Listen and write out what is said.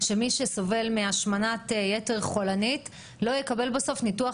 שמי שסובל מהשמנת יתר חולנית לא יקבל בסוף ניתוח